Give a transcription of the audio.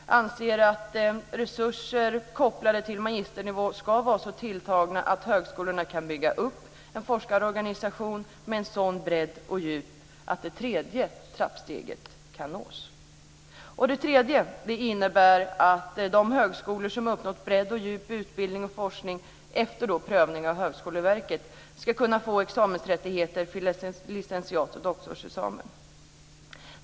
Vi anser att resurser kopplade till magisternivå ska vara så tilltagna att högskolorna kan bygga upp en forskarorganisation med en sådan bredd och sådant djup att det tredje trappsteget kan nås. Det tredje steget innebär att de högskolor som uppnått bredd och djup i utbildning och forskning efter prövning av Högskoleverket ska kunna få examensrättigheter för licentiat och doktorsexamen.